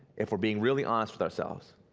if we're being really honest with ourselves,